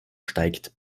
steigt